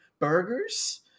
burgers